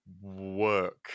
work